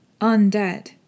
Undead